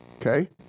Okay